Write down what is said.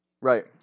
Right